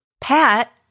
Pat